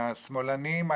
שמאלנים,